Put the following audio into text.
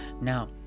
Now